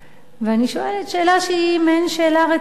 אני שואלת שאלה שהיא מעין שאלה רטורית.